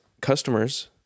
customers